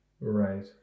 Right